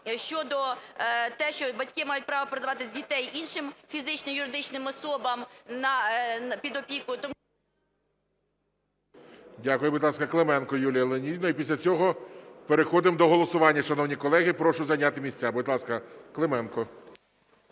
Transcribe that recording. щодо того, що батьки мають право передавати іншим фізичним та юридичним особам під опіку. Тому… ГОЛОВУЮЧИЙ. Дякую. Будь ласка, Клименко Юлія Леонідівна. І після цього переходимо до голосування. Шановні колеги, прошу зайняти місця. Будь ласка, Клименко.